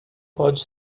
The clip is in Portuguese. pode